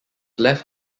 left